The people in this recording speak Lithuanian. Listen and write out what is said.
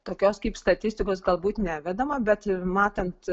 tokios kaip statistikos galbūt nevedama bet matant